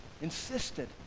Insisted